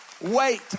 Wait